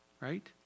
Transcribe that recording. right